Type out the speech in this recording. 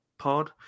pod